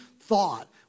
thought